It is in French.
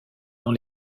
dans